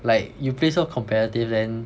like you play so competitive then